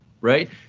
right